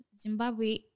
Zimbabwe